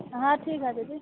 यहाँ ठीक है दीदी